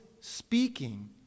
speaking